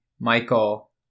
Michael